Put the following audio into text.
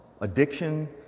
addiction